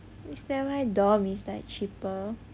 is that dorm is like cheaper